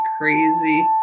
crazy